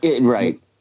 Right